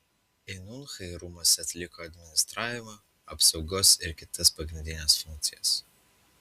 eunuchai rūmuose atliko administravimo apsaugos ir kitas pagrindines funkcijas